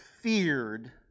feared